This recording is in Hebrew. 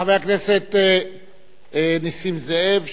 חבר הכנסת נסים זאב,